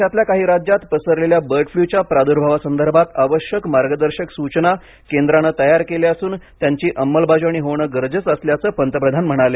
देशातल्या काही राज्यात पसरलेल्या बर्ड फ्लूच्या प्रादुर्भावासंदर्भात आवश्यक मार्गदर्शक सूचना केंद्रानं तयार केल्या असून त्यांची अंमलबजावणी होणं गरजेचं असल्याचं पंतप्रधान म्हणाले